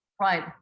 Right